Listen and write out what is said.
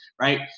right